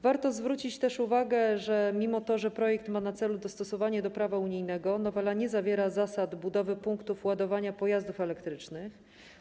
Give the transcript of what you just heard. Warto też zwrócić uwagę, że mimo że projekt ma na celu dostosowanie do prawa unijnego, nowela nie zawiera zasad budowy punktów ładowania pojazdów elektrycznych.